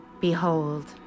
behold